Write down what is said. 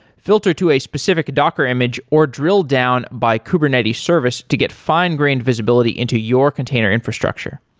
filter to a specific docker image or dr ill down by kubernetes service to get fine-grained visibility into your container infrastructure.